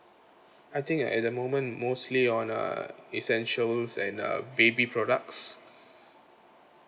I think at the moment mostly on uh essentials and uh baby products